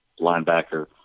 linebacker